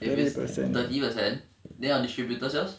if is thirty percent then our distributor sale